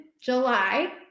July